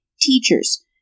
teachers